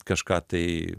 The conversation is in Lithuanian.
kažką tai